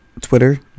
Twitter